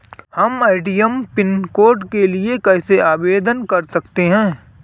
हम ATM pin code के लिए कैसे आवेदन कर सकते हैं?